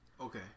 Okay